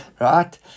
Right